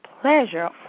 pleasure